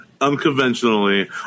unconventionally